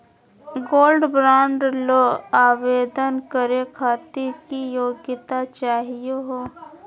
Gold bond ल आवेदन करे खातीर की योग्यता चाहियो हो?